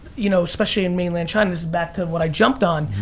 you know especially in mainland china, this is back to what i jumped on,